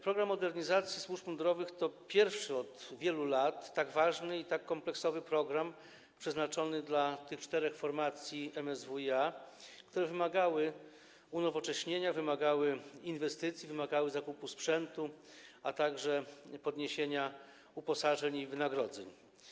Program modernizacji służb mundurowych to pierwszy od wielu lat tak ważny i tak kompleksowy program przeznaczony dla tych czterech formacji MSWiA, które wymagały unowocześnienia, wymagały inwestycji, wymagały zakupu sprzętu, a także podniesienia uposażeń i wynagrodzeń.